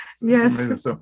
Yes